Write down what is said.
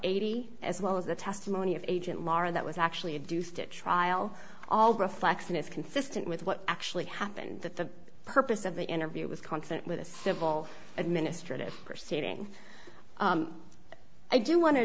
ighty as well as the testimony of agent maher that was actually a deuce to trial all reflection is consistent with what actually happened that the purpose of the interview was consonant with a civil administrative proceeding i do want to